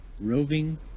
roving